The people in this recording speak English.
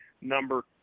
number